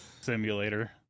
Simulator